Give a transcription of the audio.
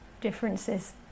differences